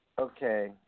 okay